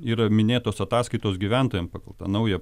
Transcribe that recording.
yra minėtos ataskaitos gyventojam pagal tą naują